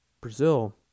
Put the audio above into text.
Brazil